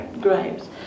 graves